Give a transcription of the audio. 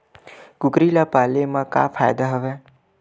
कुकरी ल पाले म का फ़ायदा हवय?